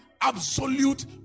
absolute